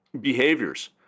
behaviors